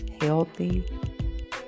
healthy